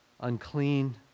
Unclean